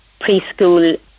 preschool